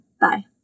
Bye